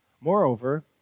Moreover